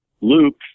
Luke